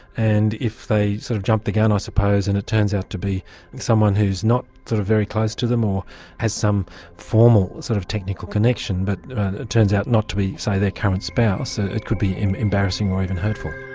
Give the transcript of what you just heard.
and if they sort of jump the gun i suppose and it turns out to be someone who is not sort of very close to them or has some formal sort of technical connection but turns out not to be, say, their current spouse, ah it could be embarrassing or even hurtful.